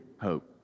hope